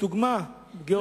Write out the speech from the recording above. לדוגמה גאורגיה.